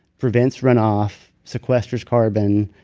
prevents runoff, sequesters carbon,